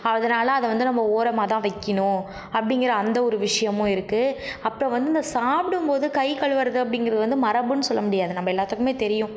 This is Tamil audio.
அதனால அதை வந்து நம்ம ஓரமாகதான் வைக்கணும் அப்படிங்கிற அந்த ஒரு விஷயமும் இருக்கு அப்புறம் வந்து இந்த சாப்பிடும் போது கைகழுவுகிறது அப்படிங்கிறது வந்து மரபுன்னு சொல்ல முடியாது நம்ம எல்லாத்துக்கும் தெரியும்